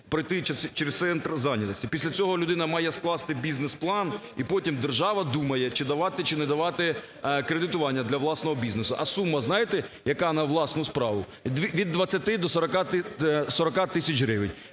пройти через центр зайнятості. Після цього людина має скласти бізнес-план і потім держава думає чи давати, чи не давати кредитування для власного бізнесу. А сума, знаєте, яка на власну справу? Від 20 до 40 тисяч гривень.